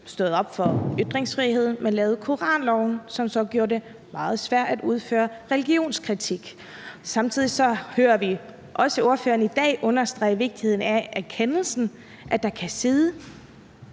stået op for ytringsfriheden, men lavet koranloven, som så gjorde det meget svært at udføre religionskritik. Samtidig hører vi også ordføreren i dag understrege vigtigheden af erkendelsen af, at der kan sidde